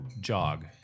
jog